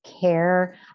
care